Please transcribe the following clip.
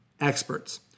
experts